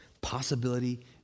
Possibility